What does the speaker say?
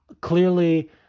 clearly